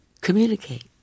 communicate